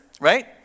Right